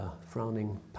frowning